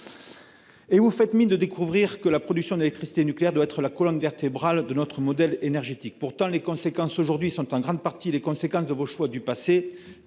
Vous faites mine de découvrir que la production d'électricité nucléaire doit être la colonne vertébrale de notre modèle énergétique. Pourtant, les conséquences d'aujourd'hui découlent en grande partie de vos choix passés